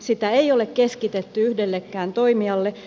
sitä ei ole keskitetty yhdellekään toimijalle